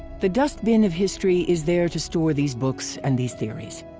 the dustbin of history is there to store these books and these theories.